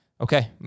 okay